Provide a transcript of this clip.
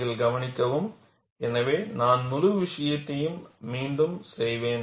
நீங்கள் கவனிக்கவும் எனவேநான் முழு விஷயத்தையும் மீண்டும் செய்வேன்